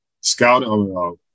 scouting